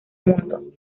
mundo